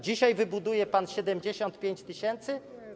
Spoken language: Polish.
Dzisiaj wybuduje pan 75 tys.